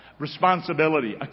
Responsibility